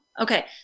okay